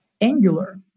Angular